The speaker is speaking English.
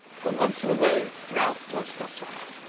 for once in a way, ralph was docile.